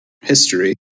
history